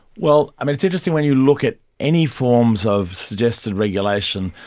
well, it's interesting when you look at any forms of suggested regulation,